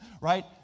right